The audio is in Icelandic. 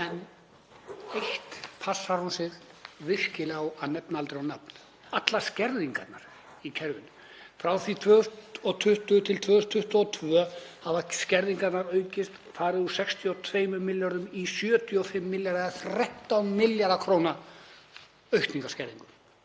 En eitt passar hún sig virkilega á að nefna aldrei á nafn: Allar skerðingarnar í kerfinu. Frá 2020–2022 hafa skerðingarnar aukist, farið úr 62 milljörðum í 75 milljarða — 13 milljarða kr. aukning í skerðingum.